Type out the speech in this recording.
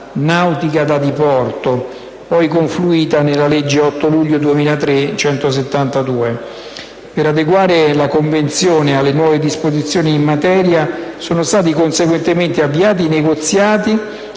nautica da diporto, poi confluita nella legge 8 luglio 2003, n. 172. Per adeguare la convenzione alle nuove disposizioni in materia sono state conseguentemente avviati i negoziati